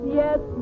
yes